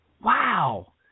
Wow